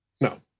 No